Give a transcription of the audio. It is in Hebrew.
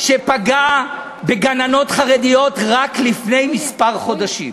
שפגעה בגננות חרדיות רק לפני כמה חודשים,